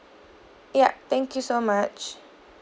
ya thank you so much